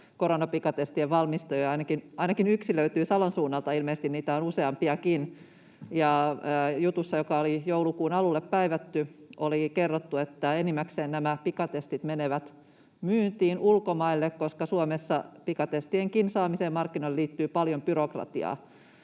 koronapikatestien valmistajia, ainakin yksi löytyy Salon suunnalta, ilmeisesti niitä on useampiakin. Jutussa, joka oli joulukuun alulle päivätty, oli kerrottu, että enimmäkseen nämä pikatestit menevät myyntiin ulkomaille, koska Suomessa pikatestienkin saamiseen markkinoille liittyy paljon byrokratiaa.